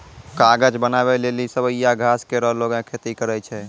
कागज बनावै लेलि सवैया घास केरो लोगें खेती करै छै